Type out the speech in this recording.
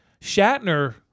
Shatner